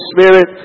Spirit